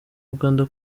uganda